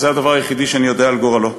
וזה הדבר היחיד שאני יודע על גורלו.